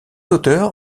auteurs